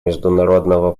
международного